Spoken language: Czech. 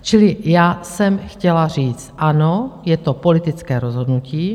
Čili já jsem chtěla říct: ano, je to politické rozhodnutí.